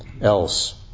else